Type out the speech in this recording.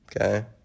Okay